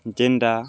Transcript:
ଜେନ୍ଟା